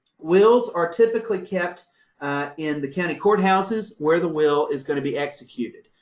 wills are typically kept in the county courthouses where the will is going to be executed.